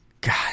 God